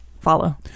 follow